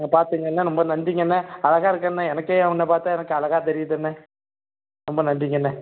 ஆ பார்த்துக்கங்கண்ணே ரொம்ப நன்றிங்கண்ணே அழகா இருக்கேண்ணே எனக்கே என்னை பார்த்தா எனக்கு அழகா தெரியுதுண்ணே ரொம்ப நன்றிங்கண்ணே